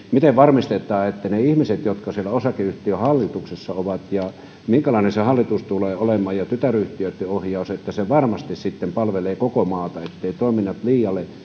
miten varmistetaan ne ihmiset jotka siellä osakeyhtiön hallituksessa ovat ja se minkälainen se hallitus tulee olemaan ja tytäryhtiöitten ohjaus että ne varmasti sitten palvelevat koko maata etteivät toiminnot liiaksi